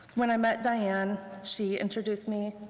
when i met diane, she introduced me,